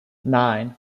nine